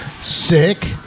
Sick